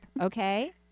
Okay